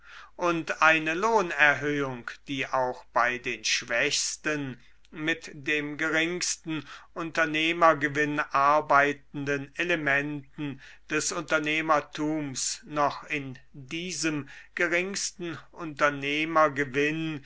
und eine lohnerhöhung die auch bei den schwächsten mit dem geringsten unternehmergewinn arbeitenden elementen des unternehmertums noch in diesem geringsten